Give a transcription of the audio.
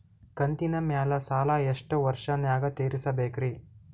ಕಂತಿನ ಮ್ಯಾಲ ಸಾಲಾ ಎಷ್ಟ ವರ್ಷ ನ್ಯಾಗ ತೀರಸ ಬೇಕ್ರಿ?